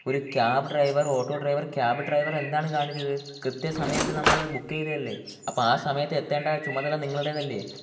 ഒരു cab driver auto driver cab driver എന്താണ് കാണിച്ചത് കൃത്യസമയത്ത് നമ്മൾ ബുക്ക് ചെയ്തതല്ലേ അപ്പോൾ ആ സമയത്ത് എത്തേണ്ട ചുമതല നിങ്ങളുടേതല്ലേ